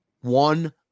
One